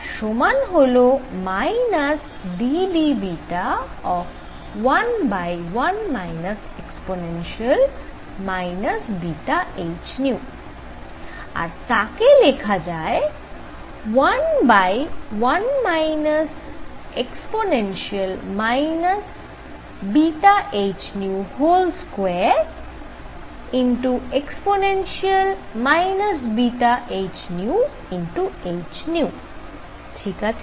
তার সমান হল ddβ11 e βhν আর তাকে লেখা যায় 11 e βhν2e βhνhν ঠিক আছে